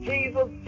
Jesus